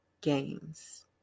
games